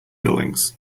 buildings